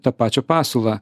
ta pačią pasiūlą